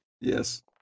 Yes